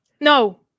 no